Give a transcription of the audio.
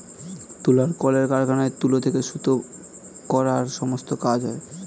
তুলার কলের কারখানায় তুলো থেকে সুতো করার সমস্ত কাজ হয়